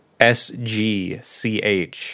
SGCH